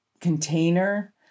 container